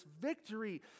victory